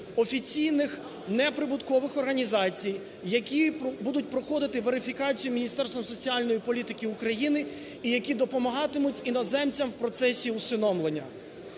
офіційних, неприбуткових організацій, які будуть проходити верифікацію Міністерством соціальної політики України і які допомагатимуть іноземцям в протесі усиновлення.